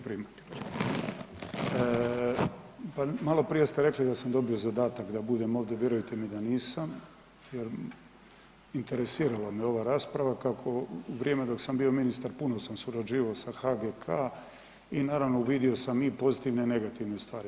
Pa maloprije ste rekli da sam dobio zadatak da budem ovdje, vjerujte me da nisam jer interesirala me ova rasprava kako u vrijeme dok sam bio ministar puno sam surađivao sa HGK i naravno uvidio sam i pozitivne i negativne stvari.